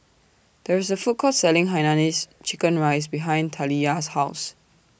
There IS A Food Court Selling Hainanese Chicken Rice behind Taliyah's House